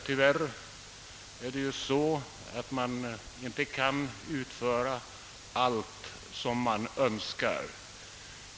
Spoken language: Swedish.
Tyvärr kan man dock inte utföra allt som man önskar.